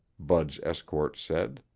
bud's escort said.